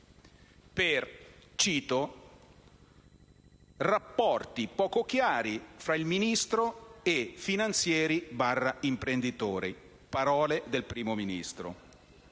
per - cito - rapporti poco chiari fra il Ministro e finanzieri/imprenditori. Sono parole del Primo Ministro.